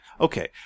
Okay